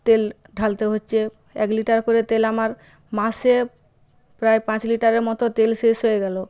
তেল ঢালতে হছে এক লিটার করে তেল আমার মাসে প্রায় পাঁচ লিটারের মতো তেল শেষ হয়ে গেল